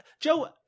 Joe